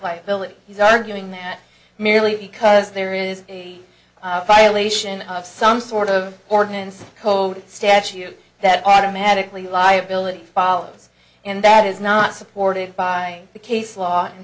liability he's arguing that merely because there is a violation of some sort of ordinance code statue that automatically liability follows and that is not supported by the case law